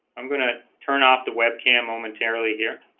i'm going to turn off the webcam momentarily here